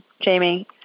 Jamie